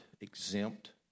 exempt